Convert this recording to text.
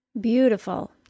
Beautiful